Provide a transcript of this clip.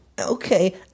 Okay